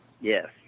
Yes